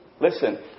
Listen